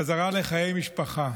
חזרה לחיי משפחה.